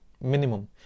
minimum